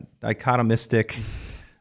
dichotomistic